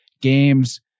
games